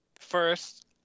first